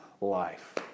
life